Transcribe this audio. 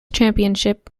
championship